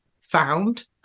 found